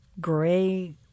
gray